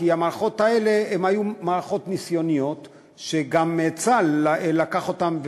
כי המערכות האלה היו מערכות ניסיוניות שגם צה"ל לקח אותן,